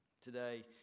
today